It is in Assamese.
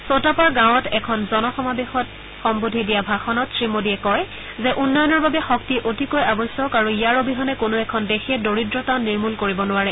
ছটাপাৰ গাঁৱত এখন জনসমাৱেশক সম্বোধি দিয়া ভাষণত শ্ৰীমোডীয়ে কয় যে উন্নয়নৰ বাবে শক্তি অতিকৈ আৱশ্যক আৰু ইয়াৰ অবিহনে কোনো এখন দেশে দৰিদ্ৰতা নিৰ্মূল কৰিব নোৱাৰে